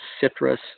citrus